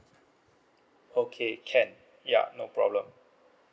okay can ya no problem